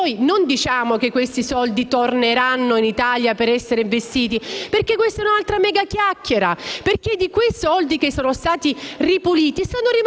Poi non diciamo che quei soldi torneranno in Italia per essere investiti, perché questa è un'altra megachiacchiera. Infatti quei soldi, che sono stati ripuliti, stanno rimanendo